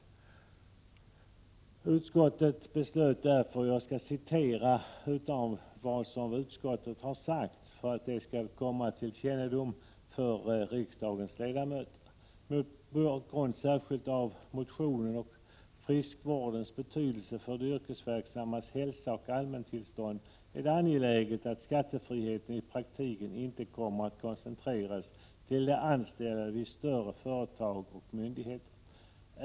Låt mig för ledamöternas kännedom citera vad utskottet skriver: ”Mot bakgrund särskilt av motionens och friskvårdens betydelse för de yrkesverksammas hälsa och allmäntillstånd är det angeläget att skattefriheten i praktiken inte kommer att koncentreras till de anställda vid större företag och myndigheter.